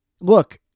Look